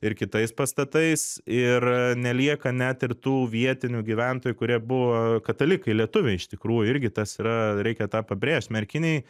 ir kitais pastatais ir nelieka net ir tų vietinių gyventojų kurie buvo katalikai lietuviai iš tikrųjų irgi tas yra reikia tą pabrėžt merkinėj